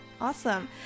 Awesome